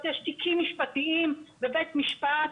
בפסק הדין של השופט שפירא בבית המשפט